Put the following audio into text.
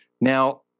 Now